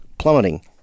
plummeting